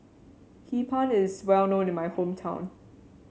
Hee Pan is well known in my hometown